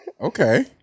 okay